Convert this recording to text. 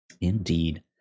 Indeed